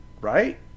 right